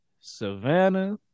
Savannah